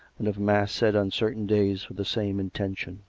and of mass said on certain days for the same intention.